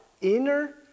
Inner